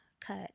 Cut